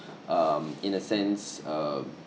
um in a sense um